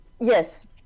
Yes